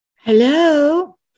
Hello